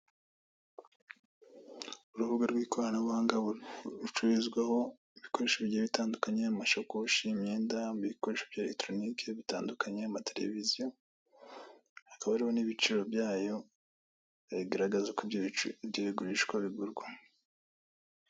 Urubuga rw'ikoranabuhangia rucururizwaho ibikoresho bigiye bitandukanye amashakoshi ,imyenda, ibikoresho bya eregitoronike bitandukanye amaterevuziyo, hakaba hariho ibiciro byayo bigaragaza uko ibyo bigurishwa bigurwa.